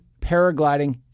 paragliding